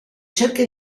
cerca